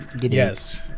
yes